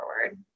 forward